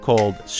Called